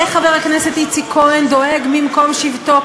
איך חבר הכנסת איציק כהן דואג ממקום שבתו